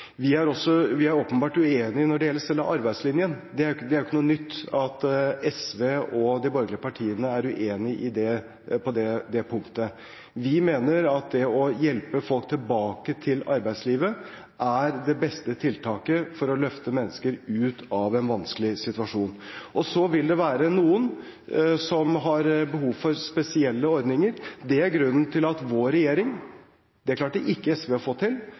Vi er åpenbart uenige når det gjelder selve arbeidslinjen. Det er ikke nytt at SV og de borgerlige partiene er uenige på dette punktet. Vi mener at å hjelpe folk tilbake til arbeidslivet, er det beste tiltaket for å løfte mennesker ut av en vanskelig situasjon. Noen vil ha behov for spesielle ordninger. Det er grunnen til at vår regjering – det klarte ikke SV å få til